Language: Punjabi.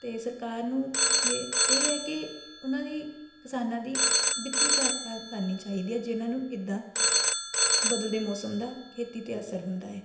ਅਤੇ ਸਰਕਾਰ ਨੂੰ ਇਹ ਇਹ ਹੈ ਕਿ ਉਹਨਾਂ ਦੀ ਕਿਸਾਨਾਂ ਦੀ ਵਿੱਤੀ ਸਹਾਇਤਾ ਕਰਨੀ ਚਾਹੀਦੀ ਹੈ ਜਿਨ੍ਹਾਂ ਨੂੰ ਇੱਦਾਂ ਬਦਲਦੇ ਮੌਸਮ ਦਾ ਖੇਤੀ 'ਤੇ ਅਸਰ ਹੁੰਦਾ ਹੈ